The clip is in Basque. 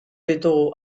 ditugu